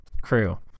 crew